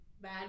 Bad